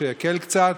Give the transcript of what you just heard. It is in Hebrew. שהקלו קצת,